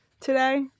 today